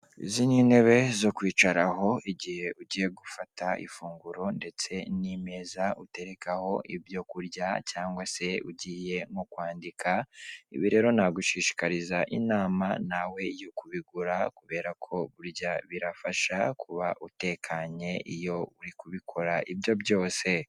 Izi nitebe zo kwicaraho igihe ugiye gufata ifunguro ndetse n'meza uterekaho ibyo kurya cyangwa se ugiye mu kwandika ibi rero nagushishikariza inama nawe yo kubigura kubera ko burya birafasha kuba utekanye iyo uri kubikora ibyo byose.